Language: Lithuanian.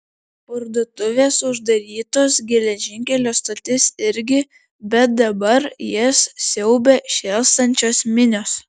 parduotuvės uždarytos geležinkelio stotis irgi bet dabar jas siaubia šėlstančios minios